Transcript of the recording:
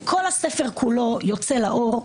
וכל הספר כולו יוצא לאור,